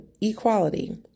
equality